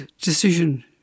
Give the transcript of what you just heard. decision